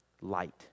light